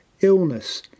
illness